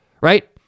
Right